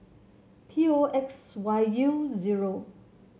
P O X Y U zero